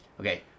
Okay